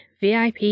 VIP